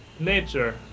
Nature